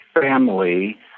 family